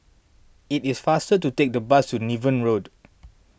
it is faster to take the bus to Niven Road